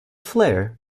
flare